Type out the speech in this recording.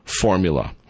Formula